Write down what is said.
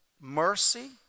mercy